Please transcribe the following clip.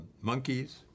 monkeys